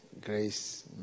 grace